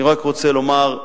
אני רק רוצה לומר,